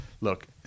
look